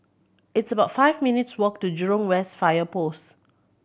it's about five minutes' walk to Jurong West Fire Post